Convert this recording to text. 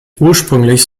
ursprünglich